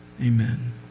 Amen